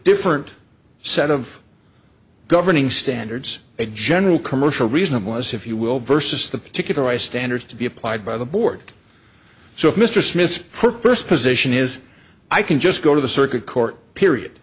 different set of governing standards a general commercial reason was if you will versus the particular standards to be applied by the board so if mr smith for first position is i can just go to the circuit court period